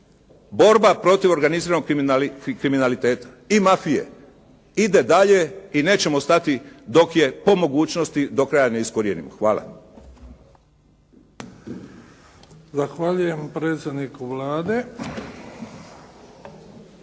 borba protiv organiziranog kriminaliteta i mafije ide dalje i nećemo stati dok je po mogućnosti do kraja ne iskorijenimo. Hvala. **Bebić, Luka (HDZ)** Zahvaljujem predsjedniku Vlade.